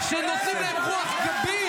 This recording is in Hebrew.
-- שנותנים להם רוח גבית